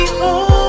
home